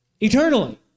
eternally